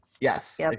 Yes